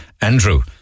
Andrew